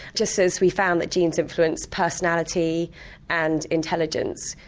just as we've found that genes influence personality and intelligence,